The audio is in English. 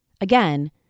Again